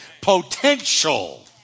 potential